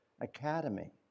Academy